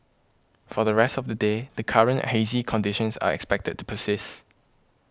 for the rest of the day the current hazy conditions are expected to persist